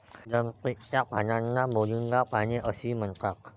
drumstick च्या पानांना moringa पाने असेही म्हणतात